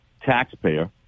taxpayer